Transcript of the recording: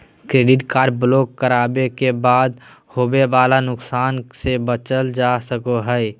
debit card block करावे के बाद होवे वाला नुकसान से बचल जा सको हय